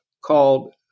called